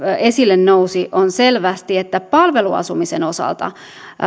esille nousi on selvästi että palveluasumisten osalta